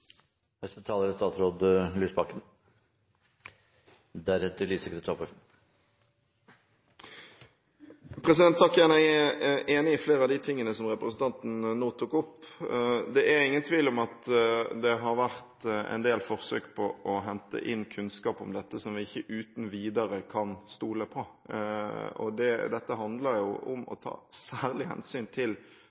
er enig i flere av de tingene representanten nå tok opp. Det er ingen tvil om at det har vært en del forsøk på å hente inn kunnskap om dette som vi ikke uten videre kan stole på. Dette handler om å ta særlig hensyn til